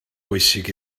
bwysig